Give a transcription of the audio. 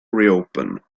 reopen